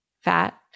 Fat